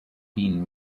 being